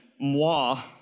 moi